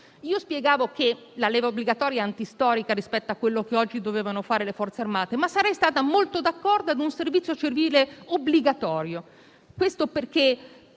io spiegavo che è antistorica rispetto a quello che oggi devono fare le Forze armate, ma sarei stata molto d'accordo ad un servizio civile obbligatorio, per